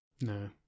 No